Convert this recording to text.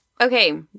Okay